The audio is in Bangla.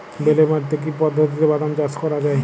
বেলে মাটিতে কি পদ্ধতিতে বাদাম চাষ করা যায়?